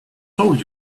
told